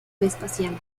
vespasiano